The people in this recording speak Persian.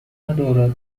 ندارد